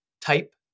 type